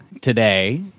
Today